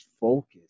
focus